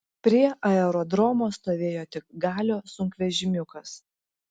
prie aerodromo stovėjo tik galio sunkvežimiukas